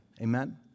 Amen